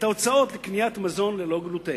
את ההוצאות לקניית מזון ללא גלוטן.